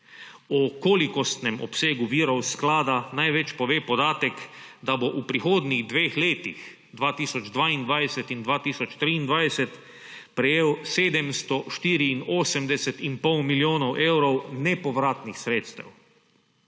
O kolikostnem obsegu virov sklada največ pove podatek, da bo v prihodnjih dveh letih 2022 in 2023 prejel 784,5 milijonov evrov nepovratnih sredstev.